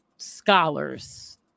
scholars